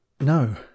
No